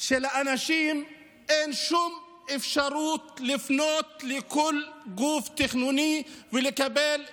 כאשר לאנשים אין שום אפשרות לפנות לכל גוף תכנוני ולקבל אישור,